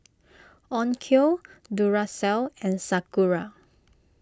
Onkyo Duracell and Sakura